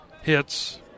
hits